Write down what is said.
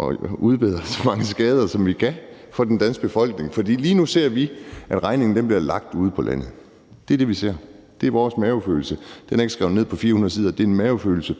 at udbedre så mange skader, som vi kan, for den danske befolkning. Lige nu ser vi, at regningen bliver lagt ude på landet. Det er det, vi ser, og det er vores mavefornemmelse. Den er ikke skrevet ned på 400 sider, men det er en mavefornemmelse.